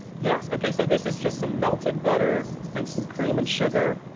yes, okay. so this is just some melted butter and some cream and sugar.